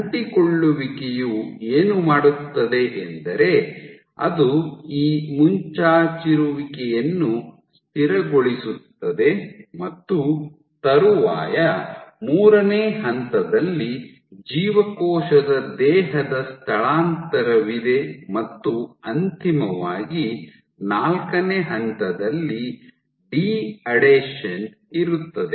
ಅಂಟಿಕೊಳ್ಳುವಿಕೆಯು ಏನು ಮಾಡುತ್ತದೆ ಎಂದರೆ ಅದು ಈ ಮುಂಚಾಚಿರುವಿಕೆಯನ್ನು ಸ್ಥಿರಗೊಳಿಸುತ್ತದೆ ಮತ್ತು ತರುವಾಯ ಮೂರನೇ ಹಂತದಲ್ಲಿ ಜೀವಕೋಶದ ದೇಹದ ಸ್ಥಳಾಂತರವಿದೆ ಮತ್ತು ಅಂತಿಮವಾಗಿ ನಾಲ್ಕನೇ ಹಂತದಲ್ಲಿ ಡಿ ಅಡೇಷನ್ ಇರುತ್ತದೆ